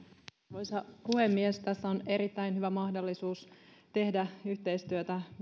arvoisa puhemies tässä on erittäin hyvä mahdollisuus tehdä yhteistyötä